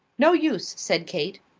no use! said kate.